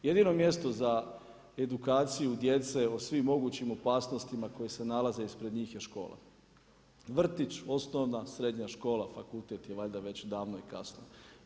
Jedino mjesto za edukaciju djece o svim mogućim opasnostima koji se nalaze ispred njih je škola, vrtić, osnovna i srednja škola, fakultet je valjda već davno i kasno.